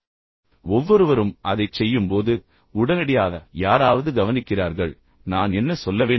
எனவே ஒவ்வொருவரும் அதைச் செய்யும்போது உடனடியாக யாராவது கவனிக்கிறார்கள் நான் என்ன சொல்ல வேண்டும்